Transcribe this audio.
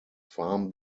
farm